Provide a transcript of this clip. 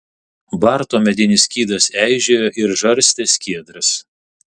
barto medinis skydas eižėjo ir žarstė skiedras